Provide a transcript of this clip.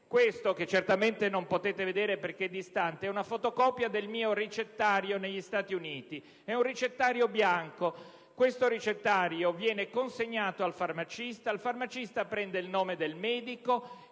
Questa, che certamente non potete vedere perché siete distanti, è una fotocopia del mio ricettario negli Stati Uniti. È un ricettario bianco, che viene consegnato al farmacista, il quale prende il nome del medico,